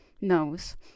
knows